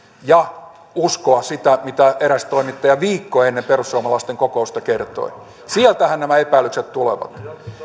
ja uskoa sitä mitä eräs toimittaja viikko ennen perussuomalaisten kokousta kertoi sieltähän nämä epäilykset tulevat